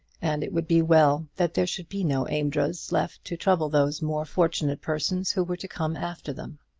and it would be well that there should be no amedroz left to trouble those more fortunate persons who were to come after them.